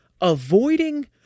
avoiding